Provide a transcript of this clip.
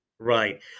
Right